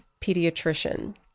pediatrician